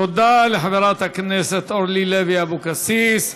תודה לחברת הכנסת אורלי לוי אבקסיס.